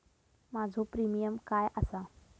माझो प्रीमियम काय आसा?